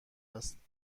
است